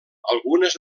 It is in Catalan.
algunes